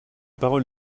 parole